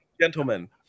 gentlemen